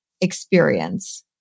experience